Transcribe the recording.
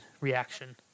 reaction